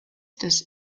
des